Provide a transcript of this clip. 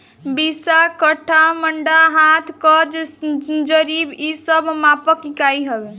बिस्सा, कट्ठा, मंडा, हाथ, गज, जरीब इ सब मापक इकाई हवे